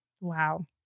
Wow